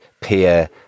peer